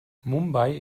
mumbai